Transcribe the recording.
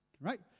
right